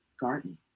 garden